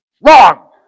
Wrong